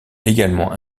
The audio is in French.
également